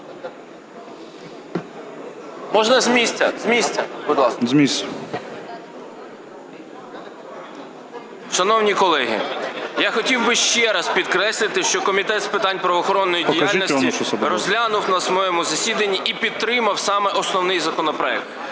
будь ласка. ІОНУШАС С.К. Шановні колеги, я хотів би ще раз підкреслити, що Комітет з питань правоохоронної діяльності розглянув на своєму засіданні і підтримав саме основний законопроект.